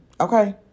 Okay